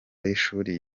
y’ishuri